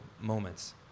moments